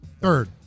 Third